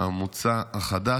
המוצע החדש.